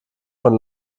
von